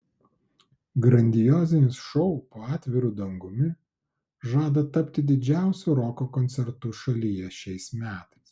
grandiozinis šou po atviru dangumi žada tapti didžiausiu roko koncertu šalyje šiais metais